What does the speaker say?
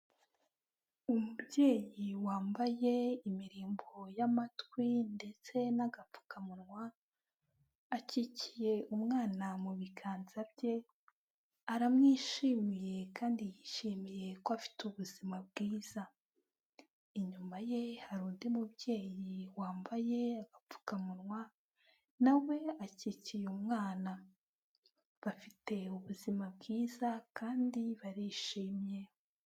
Umubyeyi wambaye imirimbo y'amatwi ndetse n'agapfukamunwa akikiye umwana mu biganza bye aramwishimiye kandi yishimiye ko afite ubuzima bwiza, inyuma ye hari undi mubyeyi wambaye agapfukamunwa na we akikiye umwana bafite ubuzima bwiza kandi barishimye.